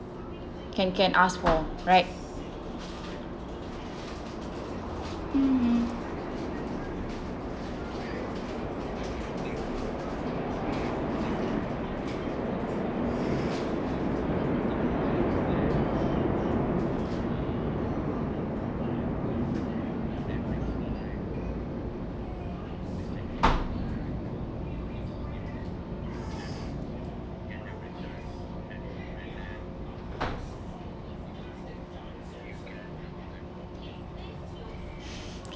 can can ask for right mmhmm